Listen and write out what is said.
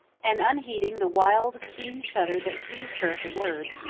and unheeding the wild keen shudder that seized her at the word,